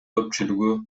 көпчүлүгү